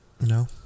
No